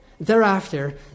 thereafter